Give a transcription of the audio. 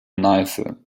neiße